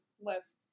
less